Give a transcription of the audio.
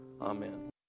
Amen